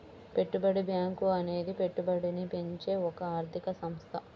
పెట్టుబడి బ్యాంకు అనేది పెట్టుబడిని పెంచే ఒక ఆర్థిక సంస్థ